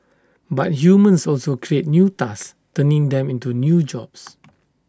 but humans also create new tasks turning them into new jobs